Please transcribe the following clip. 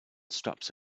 straps